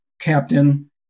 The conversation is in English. captain